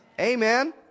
Amen